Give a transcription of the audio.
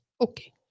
Okay